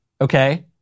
okay